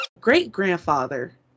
great-grandfather